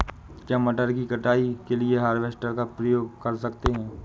क्या मटर की कटाई के लिए हार्वेस्टर का उपयोग कर सकते हैं?